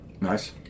Nice